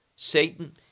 satan